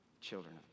children